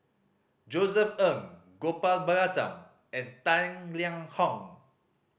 Josef Ng Gopal Baratham and Tang Liang Hong